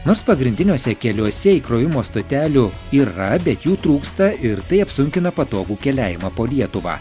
nors pagrindiniuose keliuose įkrovimo stotelių yra bet jų trūksta ir tai apsunkina patogų keliavimą po lietuvą